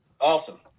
Awesome